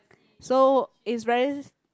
so is very